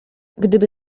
gdyby